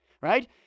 right